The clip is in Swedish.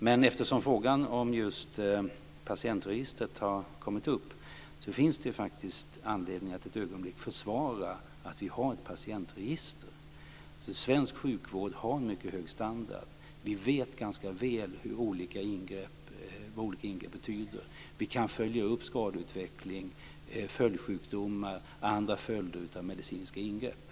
Men eftersom frågan om just patientregistret har kommit upp finns det faktiskt anledning att ett ögonblick försvara att vi har ett patientregister. Svensk sjukvård har mycket hög standard. Vi vet ganska väl vad olika ingrepp betyder. Vi kan följa upp skadeutveckling, följdsjukdomar och andra följder av medicinska ingrepp.